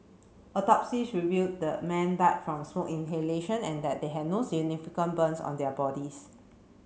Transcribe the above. autopsies revealed the men died from smoke inhalation and that they had no significant burns on their bodies